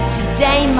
Today